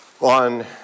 on